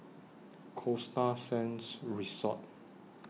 Costa Sands Resort